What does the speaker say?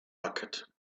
bucket